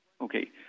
Okay